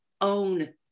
own